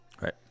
right